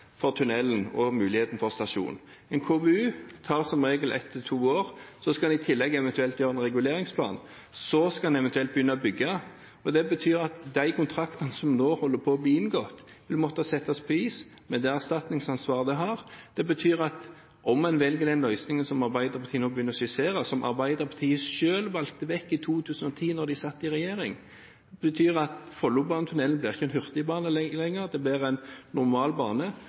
for tunnelen og muligheten for stasjon. En KVU tar som regel ett til to år, så skal en eventuelt i tillegg lage en reguleringsplan, og så skal en eventuelt begynne å bygge. Det betyr at de kontraktene som nå holder på å bli inngått, vil måtte legges på is med det erstatningsansvaret det har. Det betyr at om en velger den løsningen som Arbeiderpartiet nå begynner å skissere, som Arbeiderpartiet selv valgte bort i 2010 da de satt i regjering, blir ikke Follobanen en hurtigbane lenger, det blir en normal bane.